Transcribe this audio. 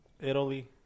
Italy